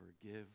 forgive